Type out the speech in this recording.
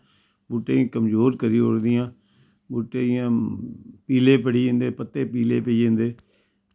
बूह्टें कमजेर करी ओड़दियां बूह्टे इयां पीले पड़ी जंदे पत्ते पीले